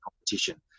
competition